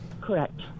Correct